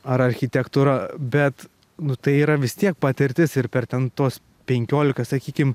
ar architektūra bet nu tai yra vis tiek patirtis ir per ten tos penkiolika sakykim